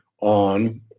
on